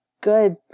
good